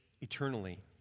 eternally